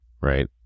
right